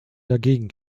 dagegen